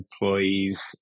employees